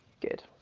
good